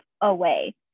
away